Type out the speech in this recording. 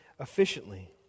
efficiently